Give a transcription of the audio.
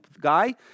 guy